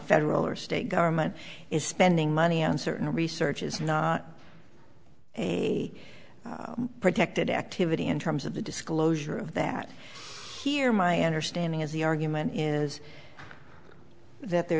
federal or state government is spending money on certain research is not a protected activity in terms of the disclosure of that here my understanding is the argument is that there